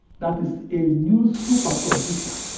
that is a new supercomputer